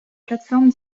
plateformes